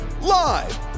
live